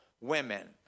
women